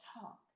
talk